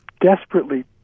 desperately